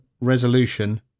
resolution